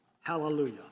hallelujah